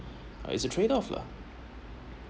uh it's a trade off lah